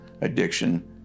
addiction